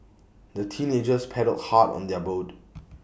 the teenagers paddled hard on their boat